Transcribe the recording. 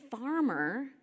farmer